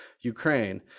Ukraine